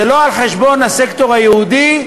זה לא על חשבון הסקטור היהודי,